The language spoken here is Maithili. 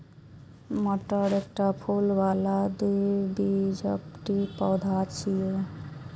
मटर एकटा फूल बला द्विबीजपत्री पौधा छियै